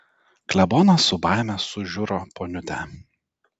klebonas su baime sužiuro poniutę